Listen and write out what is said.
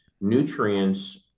nutrients